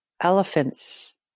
elephants